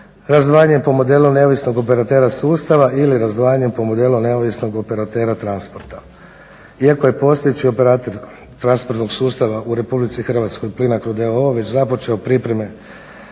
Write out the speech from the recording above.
razdvajanjem po modelu neovisnog operatera sustava ili razdvajanjem po modelu neovisnog operatera transporta. Iako je postojeći operater transportnog sustava u Republici Hrvatskoj Plinacro d.o.o. već započeo pripreme